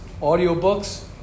audiobooks